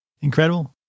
Incredible